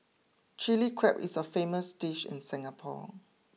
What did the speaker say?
Chilli Crab is a famous dish in Singapore